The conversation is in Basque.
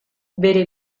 bere